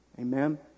Amen